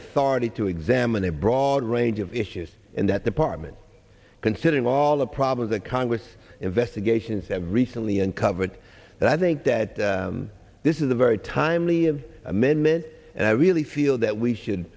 authority to examine a broad range of issues in that department considering all all the problems that congress investigations have recently uncovered and i think that this is a very timely amendment and i really feel that we should